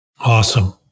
Awesome